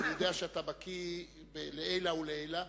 ואני יודע שאתה בקי לעילא ולעילא,